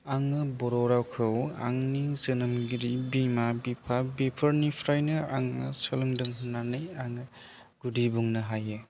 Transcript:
आङो बर' रावखौ आंनि जोनोमगिरि बिमा बिफा बेफोरनिफ्रायनो आङो सोलोंदों होन्नानै आङो गुदि बुंनो हायो